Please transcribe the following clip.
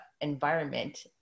environment